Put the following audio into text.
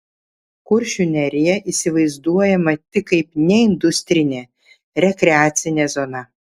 kuršių nerija įsivaizduojama tik kaip neindustrinė rekreacinė zona